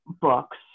books